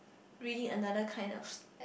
reading another kind of s~